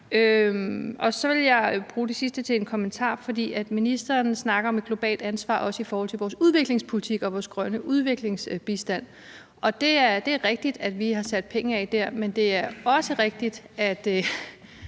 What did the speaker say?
Så vil jeg bruge det sidste af min taletid til en kommentar. Ministeren snakker om et globalt ansvar, også i forhold til vores udviklingspolitik og vores grønne udviklingsbistand. Og det er rigtigt, at vi har sat penge af dér, men det er også rigtigt, at